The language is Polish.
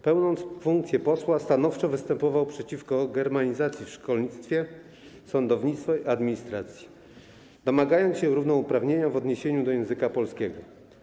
Pełniąc funkcję posła, stanowczo występował przeciwko germanizacji w szkolnictwie, sądownictwie i administracji, domagając się równouprawnienia w odniesieniu do języka polskiego.